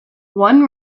one